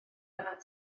arnat